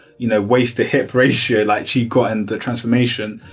you know waist to hip ratio like chi got in the transformation,